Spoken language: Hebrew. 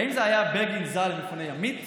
האם זה היה בגין ז"ל למפוני ימית,